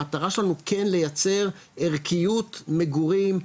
המטרה שלנו כן לייצר ערכיות מגורים,